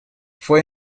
fue